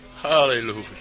Hallelujah